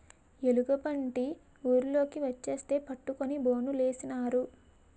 ఎలుగుబంటి ఊర్లోకి వచ్చేస్తే పట్టుకొని బోనులేసినారు